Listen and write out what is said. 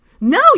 no